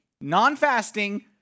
non-fasting